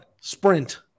Sprint